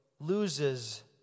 loses